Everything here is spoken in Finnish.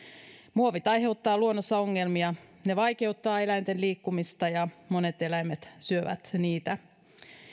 muovit aiheuttavat luonnossa ongelmia ne vaikeuttavat eläinten liikkumista ja monet eläimet syövät niitä